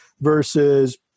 versus